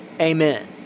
Amen